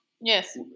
Yes